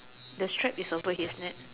the strap is over his neck